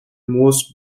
most